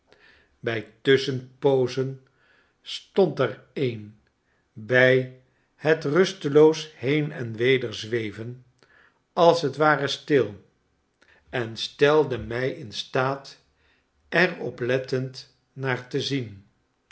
bij tusschenpoozen stond er een by het rusteloos lieen en weder zweven als het ware stil en stelde rail in staat er oplettend naar te zien